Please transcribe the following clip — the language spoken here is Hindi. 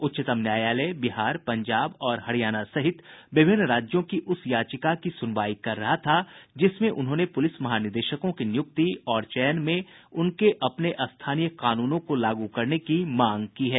उच्चतम न्यायालय बिहार पंजाब और हरियाणा सहित विभिन्न राज्यों की उस याचिका की सुनवाई कर रहा था जिसमें उन्होंने पुलिस महानिदेशकों की नियुक्ति और चयन में उनके अपने स्थानीय कानूनों को लागू करने की मांग की है